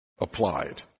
applied